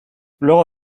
luego